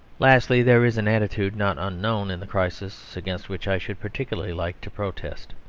lastly, there is an attitude not unknown in the crisis against which i should particularly like to protest.